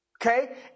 Okay